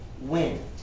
win